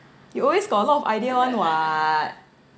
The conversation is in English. you always got a lot of idea [one] [what]